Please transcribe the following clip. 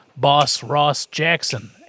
bossrossjackson